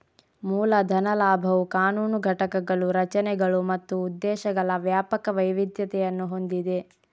ಮೂಲ ಧನ ಲಾಭವು ಕಾನೂನು ಘಟಕಗಳು, ರಚನೆಗಳು ಮತ್ತು ಉದ್ದೇಶಗಳ ವ್ಯಾಪಕ ವೈವಿಧ್ಯತೆಯನ್ನು ಹೊಂದಿದೆ